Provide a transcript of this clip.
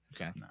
Okay